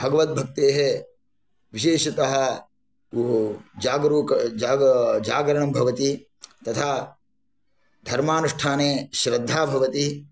भगवद्भक्तेः विशेषतः जागरणं भवति तथा धर्मानुष्ठाने श्रद्धा भवति